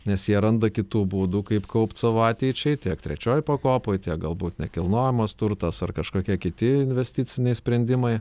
nes jie randa kitų būdų kaip kaupt savo ateičiai tiek trečioj pakopoj tiek galbūt nekilnojamas turtas ar kažkokie kiti investiciniai sprendimai